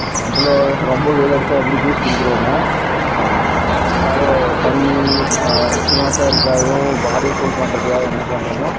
சென்ட்ரில் ரொம்ப வெயில் அடிச்சால் எப்படி ஜூஸ் குடிக்கிறோமோ அது தண்ணி சில்னெஸ்ஸாக இருக்கவும் பாடிய கூல் பண்ணுறதுக்காக என்ன பண்ணறமோ